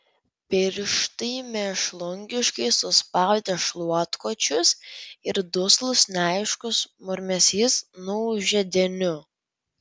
pirštai mėšlungiškai suspaudė šluotkočius ir duslus neaiškus murmesys nuūžė deniu